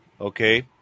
okay